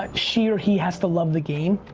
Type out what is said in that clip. like she or he has to love the game.